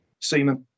Seaman